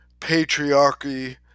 patriarchy